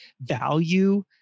value